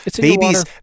babies